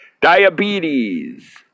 Diabetes